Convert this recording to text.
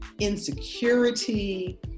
insecurity